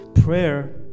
Prayer